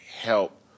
help